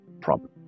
problem